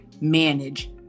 manage